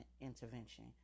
intervention